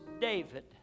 David